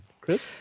Chris